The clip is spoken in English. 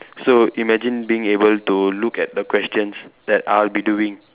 so imagine being able to look at the questions that I'll be doing